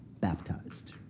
baptized